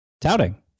touting